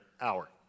hour